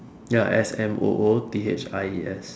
ya S M O O T H I E S